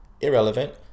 irrelevant